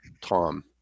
tom